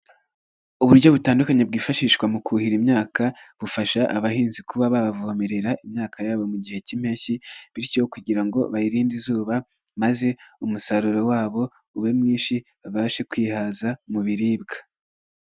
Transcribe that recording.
Uburyo butandukanye bwifashishwa mu kuhira imyaka, bufasha abahinzi kuba bavomerera imyaka yabo mu gihe cy'impeshyi bityo kugira ngo bayirinde izuba maze umusaruro wabo ube mwinshi, babashe kwihaza mu biribwa.